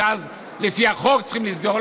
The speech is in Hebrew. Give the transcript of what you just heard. שאז לפי החוק צריכים לסגור.